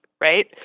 right